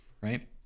right